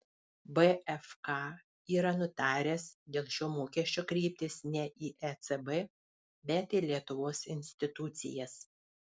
bfk yra nutaręs dėl šio mokesčio kreiptis ne į ecb bet į lietuvos institucijas